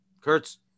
Kurtz